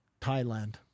Thailand